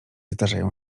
zdarzają